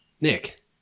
Nick